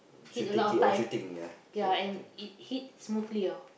hit a lot of time ya and it hit smoothly ah